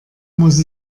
muss